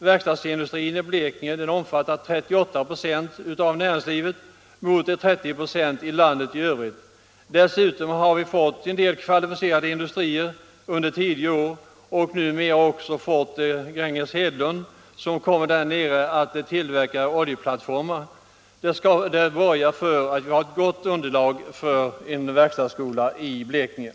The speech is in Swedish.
Verkstadsindustrin i Blekinge omfattar nämligen 38 96 av näringslivet, mot 30 96 för landet i övrigt. Dessutom har vi under senare år fått en del kvalificerade industrier förlagda till området. Nu har vi också fått Gränges Hedlund, vilket företag kommer att tillverka oljeplattformar. Detta borgar för att vi har ett gott underlag för en verkstadsskola i Blekinge.